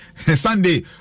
Sunday